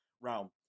realm